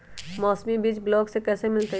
मौसमी बीज ब्लॉक से कैसे मिलताई?